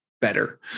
better